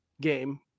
game